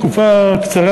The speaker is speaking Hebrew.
תקופה קצרה,